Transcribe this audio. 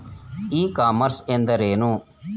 E commerce ಎಂದರೇನು?